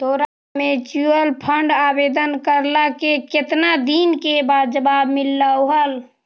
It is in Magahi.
तोरा म्यूचूअल फंड आवेदन करला के केतना दिन बाद जवाब मिललो हल?